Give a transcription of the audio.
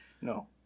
No